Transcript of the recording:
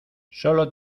solo